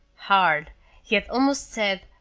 hard he had almost said,